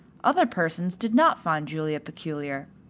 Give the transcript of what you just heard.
other persons did not find julia peculiar.